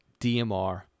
DMR